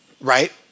right